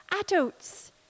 Adults